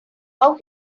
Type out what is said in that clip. how